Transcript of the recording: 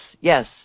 Yes